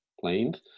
planes